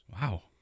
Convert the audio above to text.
Wow